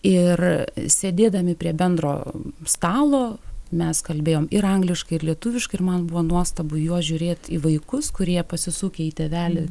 ir sėdėdami prie bendro stalo mes kalbėjom ir angliškai ir lietuviškai ir man buvo nuostabu į juos žiūrėt į vaikus kurie pasisukę į tėvelį